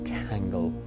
tangle